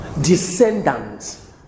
Descendants